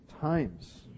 times